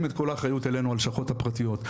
את כל האחריות אלינו הלשכות הפרטיות,